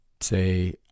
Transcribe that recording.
say